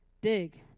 Dig